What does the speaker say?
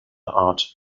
art